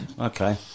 okay